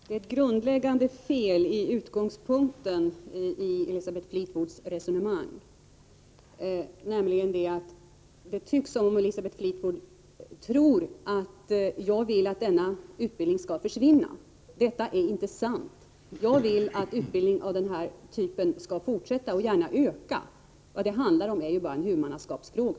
Herr talman! Det är ett grundläggande fel i utgångspunkten i Elisabeth Fleetwoods resonemang. Det tycks nämligen som om Elisabeth Fleetwood tror att jag vill att denna utbildning skall försvinna. Det är inte sant. Jag vill att utbildning av den här typen skall fortsätta och gärna öka. Vad det handlar om är bara en huvudmannaskapsfråga.